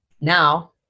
Now